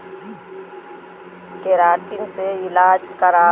keratin से इलाज करावल बड़ी महँगा बा